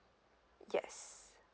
yes